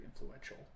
influential